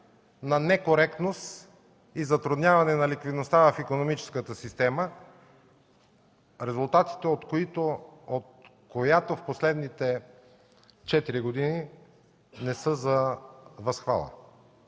на некоректност и затрудняване на ликвидността в икономическата система, резултатите от която в последните четири години не са за възхвала.